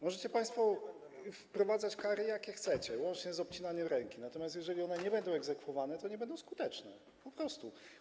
Możecie państwo wprowadzać kary, jakie chcecie, łącznie z obcinaniem ręki, natomiast jeżeli one nie będą egzekwowane, to nie będą skuteczne, po prostu.